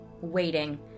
waiting